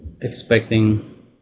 expecting